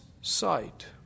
sight